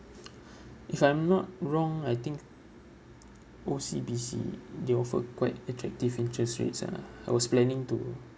if I'm not wrong I think O_C_B_C they offered quite attractive interest rates ah I was planning to